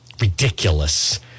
Ridiculous